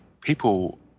people